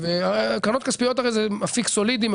קרנות כספיות הרי זה אפיק סולידי,